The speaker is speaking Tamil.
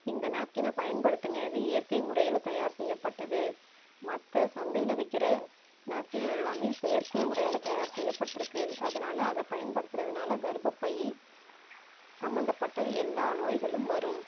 இந்த நேப்கின்னை பயன்படுத்துங்க இது இயற்கை முறையில் தயார் செய்யப்பட்டது மற்ற சந்தையில் விற்கிற நேப்கின் எல்லாமே செயற்கை முறையில் தயார் செய்யப்பட்டுருக்கு அதனால் அதை பயன்படுத்துகிறதுனால கர்ப்பப்பை சம்பந்தப்பட்ட எல்லா நோய்களும் வரும்